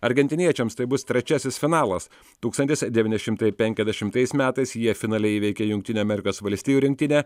argentiniečiams tai bus trečiasis finalas tūkstantis devyni šimtai penkiasdešimtais metais jie finale įveikė jungtinių amerikos valstijų rinktinę